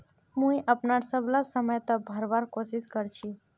मुई अपनार सबला समय त भरवार कोशिश कर छि